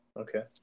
Okay